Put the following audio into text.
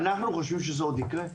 ואנחנו חושבים שזה עוד יקרה?